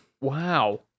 wow